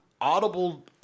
audible